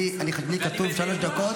לי כתוב שלוש דקות.